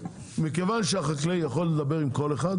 מכיוון שהחקלאי יכול לדבר עם כל אחד,